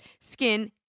skin